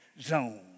zone